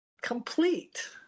complete